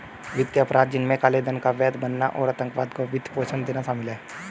वित्तीय अपराध, जिनमें काले धन को वैध बनाना और आतंकवाद को वित्त पोषण देना शामिल है